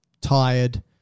tired